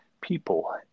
people